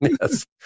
Yes